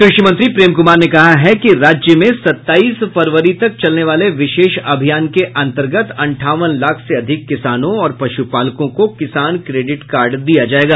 कृषि मंत्री प्रेम कुमार ने कहा है कि राज्य में सत्ताईस फरवरी तक चलने वाले विशेष अभियान के अंतर्गत अंठावन लाख से अधिक किसानों और पश्पालकों को किसान क्रेडिट कार्ड दिया जायेगा